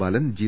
Balan G